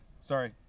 Sorry